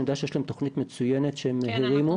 שאני יודע שיש להם תוכנית מצוינת שהם הרימו.